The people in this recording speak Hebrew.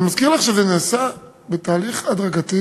אני מזכיר לך שזה נעשה בתהליך הדרגתי